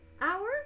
Hour